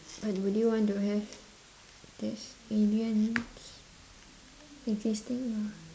but would you want to have there's aliens exsisting or